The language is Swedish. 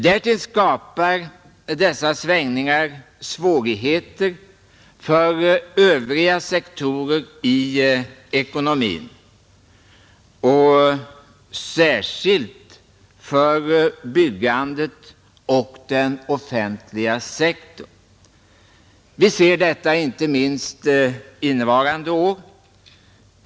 Därtill skapar dessa svängningar svårigheter för övriga sektorer i ekonomin, särskilt för byggandet och för den offentliga sektorn. Vi ser detta inte minst innevarande år.